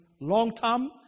long-term